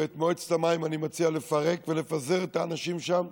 ואת מועצת המים אני מציע לפרק ולפזר את האנשים שם,